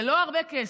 זה לא הרבה כסף.